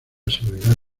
seguridad